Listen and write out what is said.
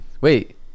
Wait